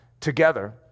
Together